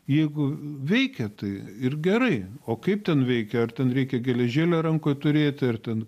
jeigu veikia tai ir gerai o kaip ten veikia ar ten reikia geležėlę rankoj turėti ar ten